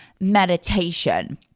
meditation